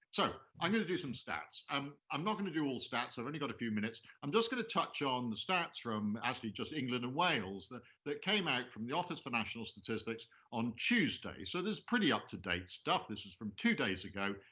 so i'm gonna do some stats. i'm i'm not gonna do all the stats. i've only got a few minutes. i'm just gonna touch on the stats from, actually, just england and wales that that came out from the office for national statistics on tuesday. so this is pretty up to date stuff. this is from two days ago.